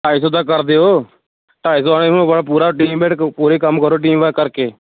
ਢਾਈ ਸੌ ਤਾਂ ਕਰ ਦਿਓ ਢਾਈ ਸੌ ਵਾਲੇ ਨੂੰ ਆਪਣਾ ਪੂਰਾ ਟੀਮ ਪੂਰੀ ਕੰਮ ਕਰੋ ਟੀਮ ਵਰਕ ਕਰਕੇ